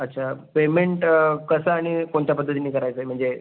अच्छा पेमेंट कसं आणि कोणत्या पद्धतीने करायचं आहे म्हणजे